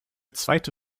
zweite